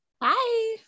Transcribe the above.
Bye